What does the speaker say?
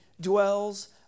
dwells